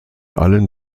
allen